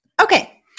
Okay